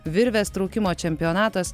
virvės traukimo čempionatas